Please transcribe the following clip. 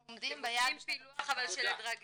אנחנו עומדים ביעד לשנת 2018. אבל אתם עושים פילוח של דרגים?